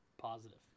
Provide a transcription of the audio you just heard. Positive